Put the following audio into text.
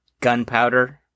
Gunpowder